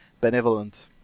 benevolent